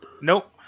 Nope